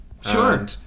Sure